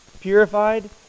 purified